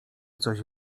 coś